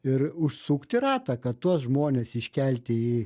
ir užsukti ratą kad tuos žmones iškelti